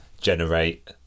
generate